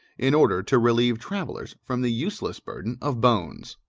in order to relieve travellers from the useless burden of bones.